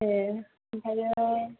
ए ओमफ्रायो